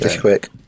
quick